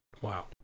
Wow